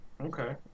okay